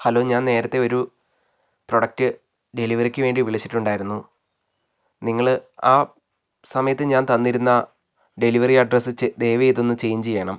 hello ഞാൻ നേരത്തെ ഒരു പ്രൊഡക്റ്റ് ഡെലിവെറിക്ക് വേണ്ടി വിളിച്ചിട്ടുണ്ടായിരുന്നു നിങ്ങള് ആ സമയത്ത് ഞാൻ തന്നിരുന്ന ഡെലിവറി അഡ്രസ് ദയവ് ചെയ്ത് ഒന്ന് ചേഞ്ച് ചെയ്യണം